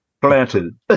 Planted